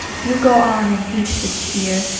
you go on and teach this year,